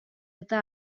eta